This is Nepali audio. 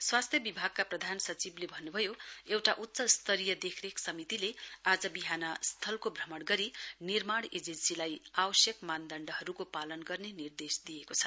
स्वास्थ्य विभागका प्रधानसचिवले भन्नुभयो एउटा उच्च स्तरीय देखरेख समितिले आज विहान स्थलको भ्रमण गरी निर्माण एजेन्सीलाई आवश्यक मानदण्डहरुको पालन गर्ने निर्देश दिएको छ